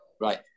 Right